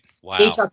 Wow